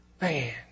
Man